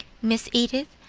miss edith,